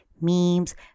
memes